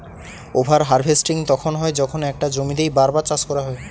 over harvesting তখন হয় যখন একটা জমিতেই বার বার চাষ করা হয়